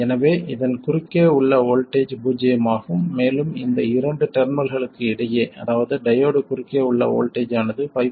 எனவே இதன் குறுக்கே உள்ள வோல்ட்டேஜ் பூஜ்ஜியமாகும் மேலும் இந்த இரண்டு டெர்மினல்களுக்கு இடையே அதாவது டையோடு குறுக்கே உள்ள வோல்ட்டேஜ் ஆனது 5